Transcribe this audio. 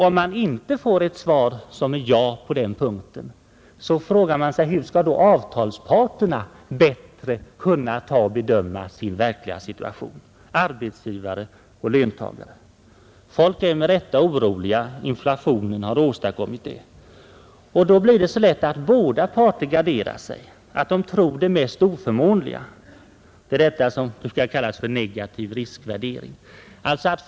Om man inte får ett svar som är ja på den punkten frågar man sig: Hur skall då avtalsparterna bättre kunna bedöma sin verkliga situation — arbetsgivare och löntagare? Folk är med rätta oroliga, det har inflationen åstadkommit. Då blir det lätt så att båda avtalsparter garderar sig, att de tror det mest oförmånliga och värderar negativt. Det är detta som kallas negativ riskvärdering.